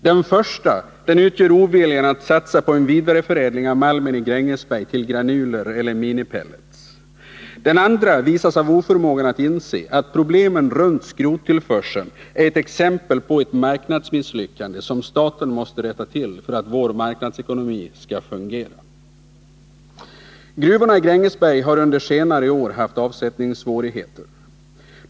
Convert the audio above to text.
Den första utgör oviljan att satsa på en vidareförädling av malmen i Grängesberg till granuler eller minipellets. Den andra visas av oförmågan att inse att problemen runt skrottillförseln är ett exempel på ett marknadsmisslyckande som staten måste rätta till för att vår marknadsekonomi skall fungera. Gruvorna i Grängesberg har under senare år haft avsättningssvårigheter.